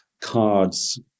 cards